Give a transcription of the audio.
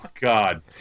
god